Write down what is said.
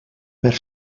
per